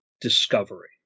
discovery